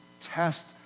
test